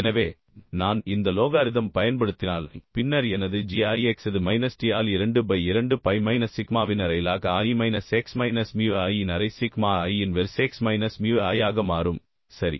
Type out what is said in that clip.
எனவே நான் இந்த லோகாரிதம் பயன்படுத்தினால் பின்னர் எனது g i x அது மைனஸ் d ஆல் 2 பை 2 பை மைனஸ் சிக்மாவின் அரை log i minus X minus mu i இன் அரை sigma i inverse X minus mu i ஆக மாறும் சரி